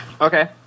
Okay